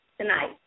tonight